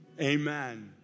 amen